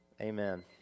amen